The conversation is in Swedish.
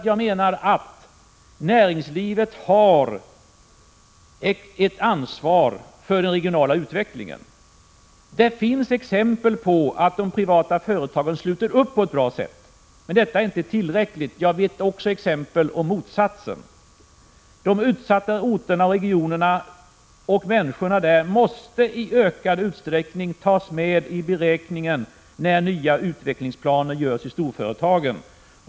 Jag menar att näringslivet har ett ansvar för den regionala utvecklingen. Det finns exempel på att de privata företagen sluter upp på ett bra sätt, men detta är inte tillräckligt. Jag vet att det också finns exempel på motsatsen. De utsatta orterna och regionerna och människorna där måste i ökad utsträckning tas med i beräkningen när nya utvecklingsplaner görs upp i storföretagen.